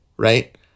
Right